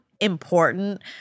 important